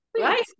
Right